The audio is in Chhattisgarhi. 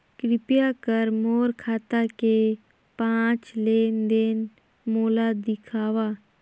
कृपया कर मोर खाता के पांच लेन देन मोला दिखावव